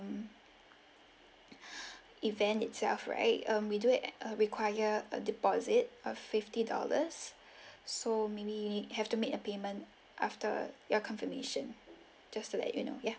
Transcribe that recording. event itself right um we do uh require a deposit of fifty dollars so maybe have to make a payment after your confirmation just to let you know ya